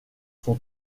son